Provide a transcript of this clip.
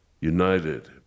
United